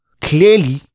clearly